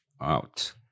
Out